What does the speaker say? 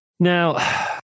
Now